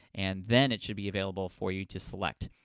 and then it should be available for you to select.